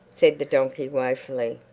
said the donkey woefully.